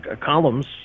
columns